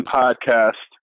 podcast